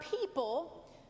people